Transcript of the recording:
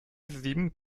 sieben